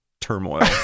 turmoil